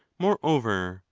more over,